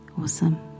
Awesome